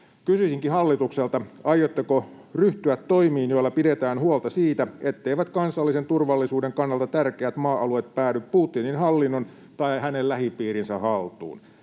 Kysyisinkin hallitukselta: Aiotteko ryhtyä toimiin, joilla pidetään huolta siitä, etteivät kansallisen turvallisuuden kannalta tärkeät maa-alueet päädy Putinin hallinnon tai hänen lähipiirinsä haltuun?